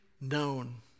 known